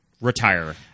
retire